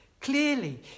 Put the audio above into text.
clearly